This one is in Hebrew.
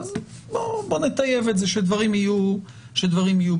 בואו נטייב את זה שדברים יהיו ברורים.